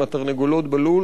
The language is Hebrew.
עם התרנגולות בלול,